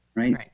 Right